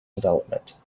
development